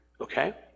okay